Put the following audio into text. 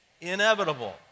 Inevitable